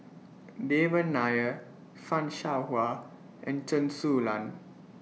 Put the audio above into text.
Devan Nair fan Shao Hua and Chen Su Lan